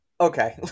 Okay